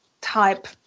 type